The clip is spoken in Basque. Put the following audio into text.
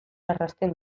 errazten